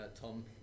tom